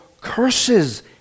curses